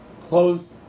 close